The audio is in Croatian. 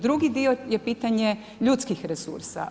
Drugi dio je pitanje ljudskih resursa.